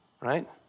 Right